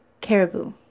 caribou